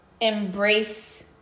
embrace